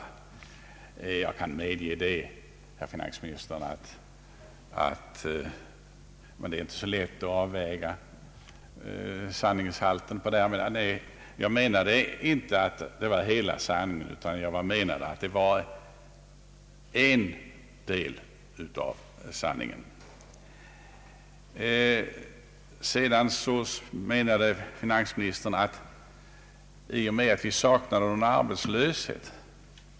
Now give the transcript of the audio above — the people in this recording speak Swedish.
Jag kan medge det, herr finansminister — men det är inte så lätt att nyansera sina uttryck och att avväga sanningshalten härvidlag. Jag fann inte anledning att i detta sammanhang gå in på problematikens alla sidor. Vidare hävdade finansministern att problemet saknat betydelse i och med att vi inte haft någon arbetslöshet.